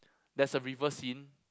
there's a river scene